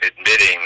admitting